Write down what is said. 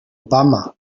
bummer